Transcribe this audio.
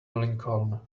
lincoln